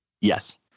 Yes